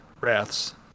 Wraths